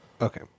Okay